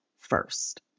first